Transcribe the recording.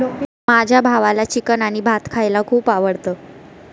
माझ्या भावाला चिकन आणि भात खायला खूप आवडतं